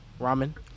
ramen